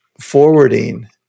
forwarding